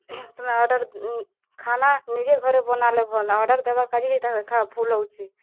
ତମେ ଅର୍ଡ଼ର ଖାନା ନିଜେ ଘରେ ବାନାଲେ ଭଲ୍ ଅର୍ଡ଼ର ଦେବାର କାଜୀ ଭୂଲ୍ ହେଇଛେ